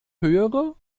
höhere